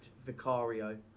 Vicario